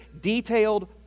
detailed